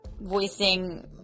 voicing